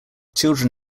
children